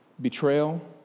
betrayal